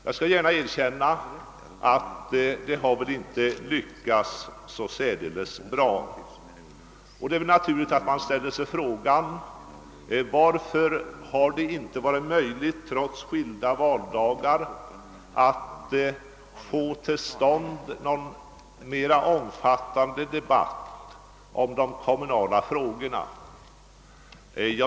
Jag skall gärna erkänna att detta inte har lyckats så särdeles bra, och det är naturligt att man ställer sig frågan varför det inte varit möjligt att trots skilda valdagar få till stånd någon mera omfattande debatt om de kommunala frågorna.